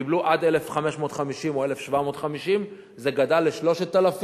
קיבלו עד 1,550 או 1,750. זה גדל ל-3,000.